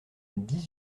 dix